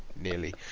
nearly